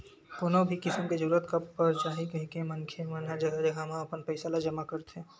कोनो भी किसम के जरूरत कब पर जाही कहिके मनखे मन ह जघा जघा म अपन पइसा ल जमा करथे